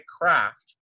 craft